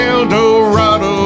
Eldorado